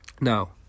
Now